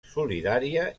solidària